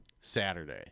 Saturday